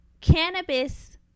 cannabis